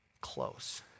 close